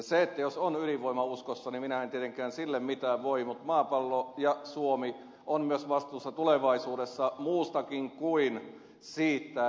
ja jos on ydinvoimauskossa niin minä en tietenkään sille mitään voi mutta maapallo ja suomi ovat myös vastuussa tulevaisuudessa muustakin